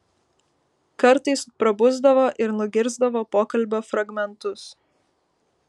kartais prabusdavo ir nugirsdavo pokalbio fragmentus